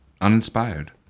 uninspired